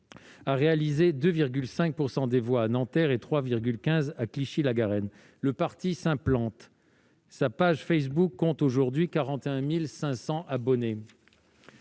a rassemblé 2,5 % des voix à Nanterre et 3,15 % à Clichy-la-Garenne. Le parti s'implante. Sa page Facebook compte aujourd'hui 41 500 abonnés.